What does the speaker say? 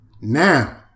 Now